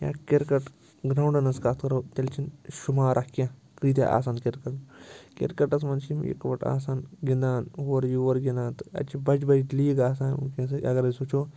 یا کِرکَٹ گرٛاوُنٛڈَن ہٕنٛز کَتھ کَرو تیٚلہِ چھِنہٕ شُمارا کیٚنٛہہ کۭتیٛاہ آسَن کِرکَٹ کِرکَٹَس منٛز چھِ یِم یِکوٹہٕ آسان گِنٛدان ہورٕ یور گِنٛدان تہٕ اَتہِ چھِ بَجہِ بَجہِ لیٖگہٕ آسان وٕنۍکٮ۪نسٕے اگر أسۍ وٕچھو